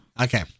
Okay